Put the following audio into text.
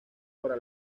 para